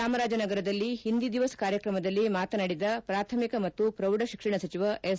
ಚಾಮರಾಜನಗರದಲ್ಲಿ ಒಂದಿ ದಿವಸ್ ಕಾರ್ಯಕ್ರಮದಲ್ಲಿ ಮಾತನಾಡಿದ ಪ್ರಾಥಮಿಕ ಮತ್ತು ಪ್ರೌಢ ಶಿಕ್ಷಣ ಸಚಿವ ಎಸ್